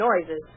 noises